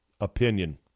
opinion